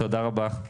תודה רבה.